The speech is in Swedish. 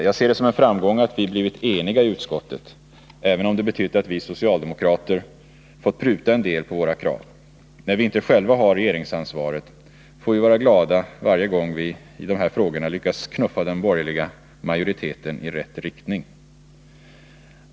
Jag ser det som en framgång att vi blivit eniga i utskottet, även om det betytt att vi socialdemokrater fått pruta på en del av våra krav. När vi inte själva har regeringsansvaret får vi vara glada varje gång vi i de här frågorna lyckas knuffa den borgerliga majoriteten i rätt riktning.